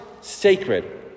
sacred